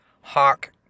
Hawk